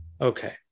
okay